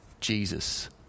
Jesus